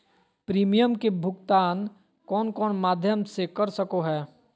Premium के भुक्तान कौन कौन माध्यम से कर सको है?